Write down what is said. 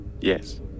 Yes